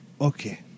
Okay